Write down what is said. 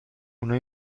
una